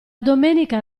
domenica